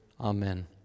Amen